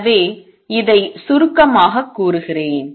எனவே இதை சுருக்கமாகக் கூறுகிறேன்